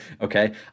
Okay